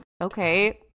okay